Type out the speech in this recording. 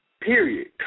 period